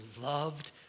loved